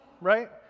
right